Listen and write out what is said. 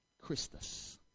Christus